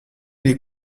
les